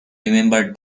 remember